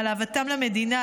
על אהבתם למדינה,